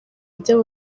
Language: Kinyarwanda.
ibyo